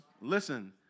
Listen